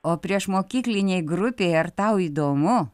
o priešmokyklinėj grupėj ar tau įdomu